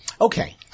Okay